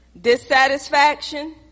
dissatisfaction